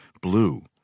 blue